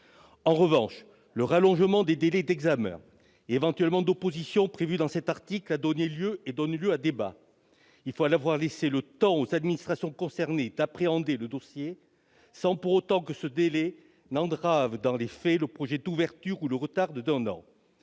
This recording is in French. En revanche, l'allongement des délais d'examen et, éventuellement, d'opposition prévu dans cet article donne lieu à débat. Il faut laisser le temps aux administrations concernées d'appréhender le dossier, sans pour autant que ce délai entrave, dans les faits, le projet d'ouverture ou le retarde d'un an.